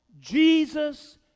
Jesus